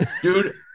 Dude